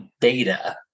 data